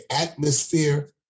atmosphere